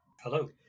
Hello